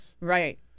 Right